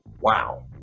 wow